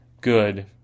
good